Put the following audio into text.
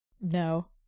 no